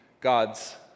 God's